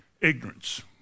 ignorance